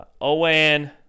Owen